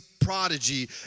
prodigy